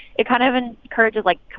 it kind of and encourages, like,